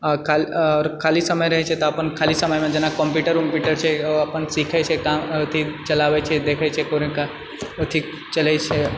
आ खा आ आओर खाली समय रहैछे तऽ अपन खाली समयमे जेना कम्प्यूटर वम्पूटर छै ओ अपन सीखैछै काम अथि चलाबए छै देखैछे ओ ठीक चलैछे